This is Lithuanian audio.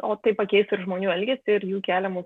o tai pakeis ir žmonių elgesį ir jų keliamų